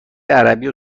عربی